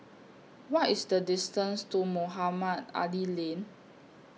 What IS The distance to Mohamed Ali Lane